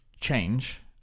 change